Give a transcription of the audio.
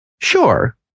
Sure